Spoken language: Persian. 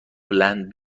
هلند